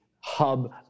hub